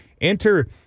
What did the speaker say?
Enter